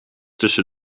tussen